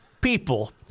people